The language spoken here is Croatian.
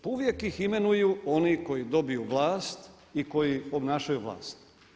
Pa uvijek ih imenuju koji dobiju vlast i koji obnašaju vlast.